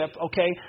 okay